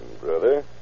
brother